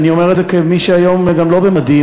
ואני אומר את זה כמי שהיום לא במדים,